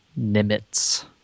Nimitz